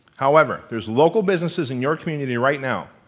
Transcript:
however, there's local businesses in your community right now,